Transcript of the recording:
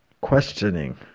questioning